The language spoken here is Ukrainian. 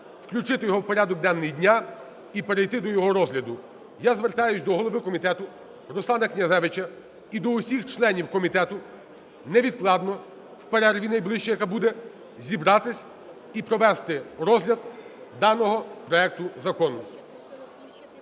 включити його в порядок денний дня і перейти до його розгляду. Я звертаюсь до голови комітету Руслана Князевича і до всіх членів комітету невідкладно у перерві найближчій, яка буде, зібратись і провести розгляд даного проекту закону.